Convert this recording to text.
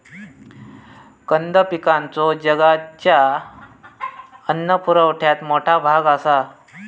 कंद पिकांचो जगाच्या अन्न पुरवठ्यात मोठा भाग आसा